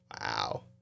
Wow